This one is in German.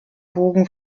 bogen